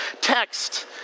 Text